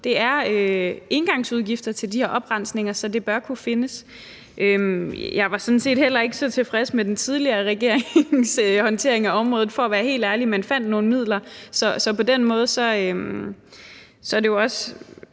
det er engangsudgifter til de her oprensninger, så det bør kunne findes. Jeg var sådan set heller ikke så tilfreds med den tidligere regerings håndtering af området for at være helt ærlig. Selvfølgelig har vi et ansvar, synes jeg,